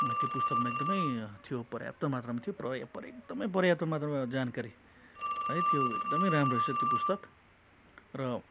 त्यो पुस्तकमा एकदमै थियो पर्याप्त मात्रामा थियो पर्या पर एकदमै पर्याप्त मात्रामा जानकारी है त्यो एकदमै राम्रो रहेछ त्यो पुस्तक र